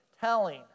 telling